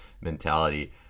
mentality